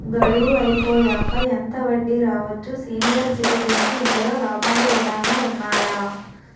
గడువు అయిపోయాక ఎంత వడ్డీ రావచ్చు? సీనియర్ సిటిజెన్ కి ఇందులో లాభాలు ఏమైనా ఉన్నాయా?